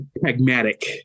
pragmatic